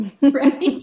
Right